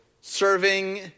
serving